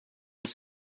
this